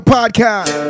Podcast